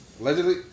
Allegedly